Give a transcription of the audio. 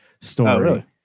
story